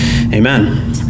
Amen